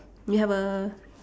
you have err